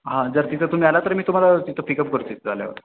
हां जर तिथं तुम्ही आलात तर मी तुम्हाला तिथं पिकअप करतो तिथं आल्यावर